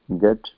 get